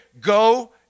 go